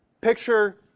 Picture